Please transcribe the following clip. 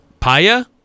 Paya